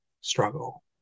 struggle